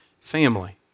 family